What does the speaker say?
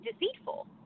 deceitful